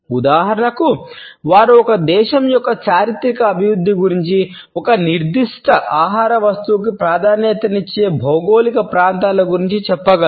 ఉదాహరణకు వారు ఒక దేశం యొక్క చారిత్రక అభివృద్ధి గురించి ఒక నిర్దిష్ట ఆహార వస్తువుకు ప్రాధాన్యతనిచ్చే భౌగోళిక ప్రాంతాల గురించి చెప్పగలరు